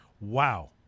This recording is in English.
Wow